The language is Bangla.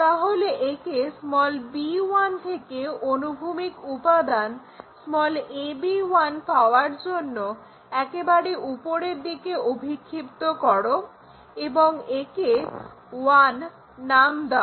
তাহলে একে b1 থেকে অনুভূমিক উপাদান ab1 পাওয়ার জন্য একেবারে উপরের দিকে অভিক্ষিপ্ত করো এবং একে 1 নাম দাও